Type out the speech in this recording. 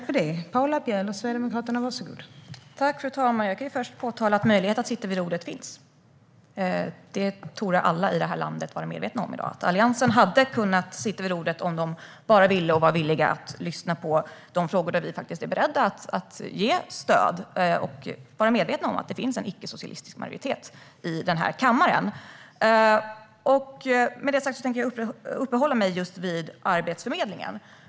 Fru talman! Jag kan först påtala att möjlighet att sitta vid rodret finns. Alla i det här landet torde i dag vara medvetna om att Alliansen hade kunnat sitta vid rodret om de bara hade varit villiga att lyssna i de frågor där vi är beredda att ge stöd och vara medvetna om att det finns en icke-socialistisk majoritet i den här kammaren. Med detta sagt tänker jag uppehålla mig vid just Arbetsförmedlingen.